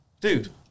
Dude